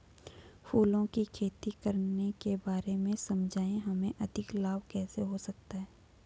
फूलों की खेती करने के बारे में समझाइये इसमें अधिक लाभ कैसे हो सकता है?